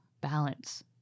Balance